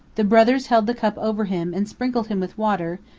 the brothers held the cup over him and sprinkled him with water,